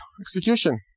Execution